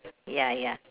ya ya